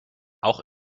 auch